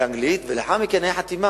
באנגלית או בהודית,